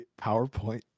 PowerPoint